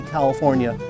California